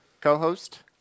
co-host